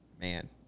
man